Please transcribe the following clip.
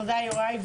תודה יוראי,